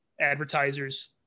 advertisers